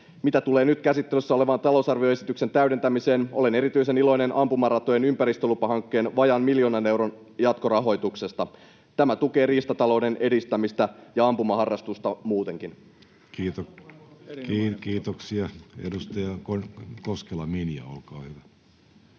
Mitä tulee nyt käsittelyssä olevaan talousarvioesityksen täydentämiseen, olen erityisen iloinen ampumaratojen ympäristölupahankkeen vajaan miljoonan euron jatkorahoituksesta. Tämä tukee riistatalouden edistämistä ja ampumaharrastusta muutenkin. Kiitoksia. — Edustaja Koskela, Minja, olkaa hyvä.